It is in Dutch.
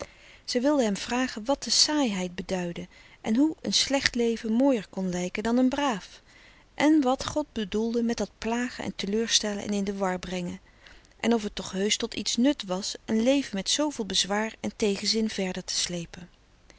zij wilde hem vragen wat de saaiheid beduidde en hoe een slecht leven mooier kon lijken dan een braaf en wat god bedoelde met dat plagen en teleurstellen en in de war brengen en of t toch heusch tot iets nut was een leven met zooveel bezwaar en tegenzin verder te sleepen